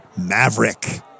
Maverick